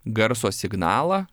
garso signalą